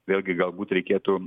vėlgi galbūt reikėtų